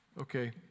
okay